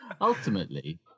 Ultimately